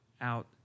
out